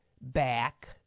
back